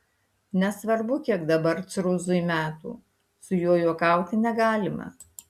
nesvarbu kiek dabar cruzui metų su juo juokauti negalima